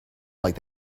like